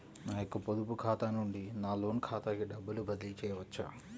నా యొక్క పొదుపు ఖాతా నుండి నా లోన్ ఖాతాకి డబ్బులు బదిలీ చేయవచ్చా?